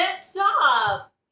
stop